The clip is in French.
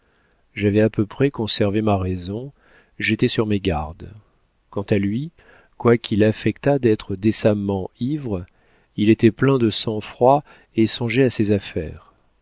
j'avais à peu près conservé ma raison j'étais sur mes gardes quant à lui quoiqu'il affectât d'être décemment ivre il était plein de sang-froid et songeait à ses affaires